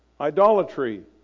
idolatry